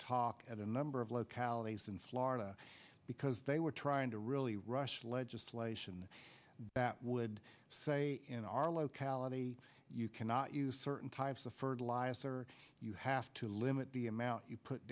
talk at a number of localities in florida because they were trying to really rush legislation that would say in our locality you cannot use certain types of fertilizer you have to limit the amount you put